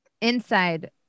inside